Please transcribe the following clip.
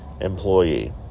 employee